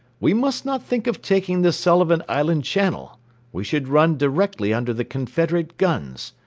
we must not think of taking the sullivan island channel we should run directly under the confederate guns.